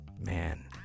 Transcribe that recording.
man